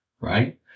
right